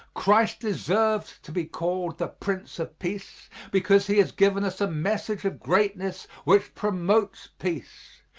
christ deserves to be called the prince of peace because he has given us a measure of greatness which promotes peace.